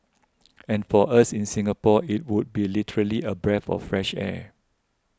and for us in Singapore it would be literally a breath of fresh air